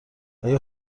آیا